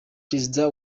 perezida